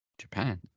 Japan